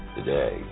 Today